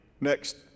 Next